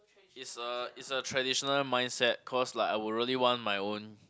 is a is a traditional mindset cause like I would really want my own